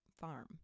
farm